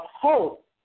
hope